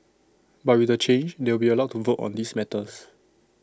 but with the change they will be allowed to vote on these matters